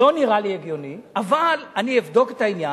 לא נראה לי הגיוני, אבל אני אבדוק את העניין.